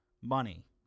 money